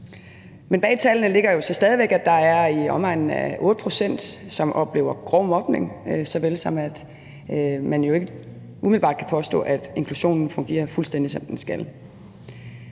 Men bag tallene ligger stadig væk, at der er i omegnen af 8 pct., som oplever grov mobning, såvel som at man ikke umiddelbart kan påstå, at inklusionen fungerer fuldstændig, som den skal.